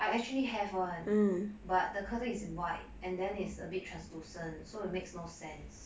I actually have one but the curtain is white and then it's a bit translucent so it makes no sense